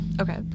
Okay